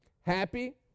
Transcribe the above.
Happy